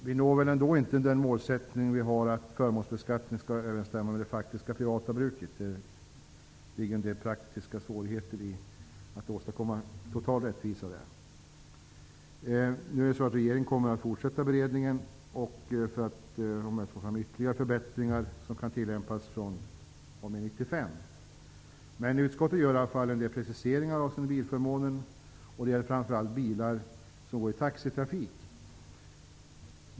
Vi når väl ändå inte vår målsättning att förmånsbeskattningen skall överensstämma med det faktiska privata bruket; det ligger en del praktiska svårigheter i att åstadkomma total rättvisa. Regeringen kommer att fortsätta beredningen av ärendet för att om möjligt få fram ytterligare förbättringar, som kan tillämpas fr.o.m. Utskottet gör i alla fall en del preciseringar avseende bilförmånen. Det gäller framför allt bilar som går i taxitrafik.